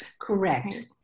Correct